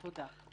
תודה.